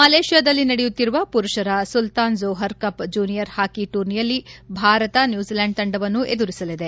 ಮಲೇಷಿಯಾದಲ್ಲಿ ನಡೆಯುತ್ತಿರುವ ಪುರುಷರ Sultan Johor cup junior hockey ಟೂರ್ನಿಯಲ್ಲಿಂದು ಭಾರತ ನ್ಲೂಜಿಲೆಂಡ್ ತಂಡವನ್ನು ಎದುರಿಸಲಿದೆ